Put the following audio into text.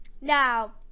Now